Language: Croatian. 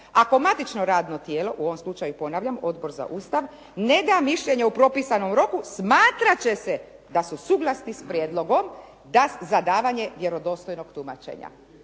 ako matično radno tijelo, u ovom slučaju ponavljam, Odbor za Ustav ne da mišljenje o propisanom roku smatrati će se da su suglasni sa prijedlogom za davanje vjerodostojnog tumačenja.